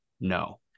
No